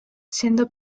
siendo